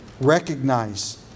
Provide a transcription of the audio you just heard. recognize